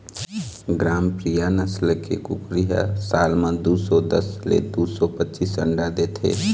ग्रामप्रिया नसल के कुकरी ह साल म दू सौ दस ले दू सौ पचीस अंडा देथे